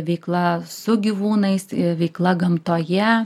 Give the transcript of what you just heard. veikla su gyvūnais veikla gamtoje